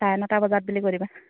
চাৰে নটা বজাত বুলি কৈ দিবা